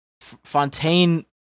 Fontaine